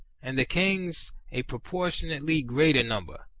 and the kings a proportionately greater number.